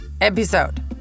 episode